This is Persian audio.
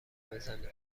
بزنی